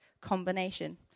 combination